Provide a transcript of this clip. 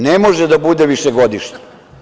Ne može da bude višegodišnja.